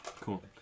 cool